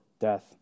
death